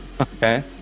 Okay